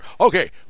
okay